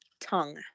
tongue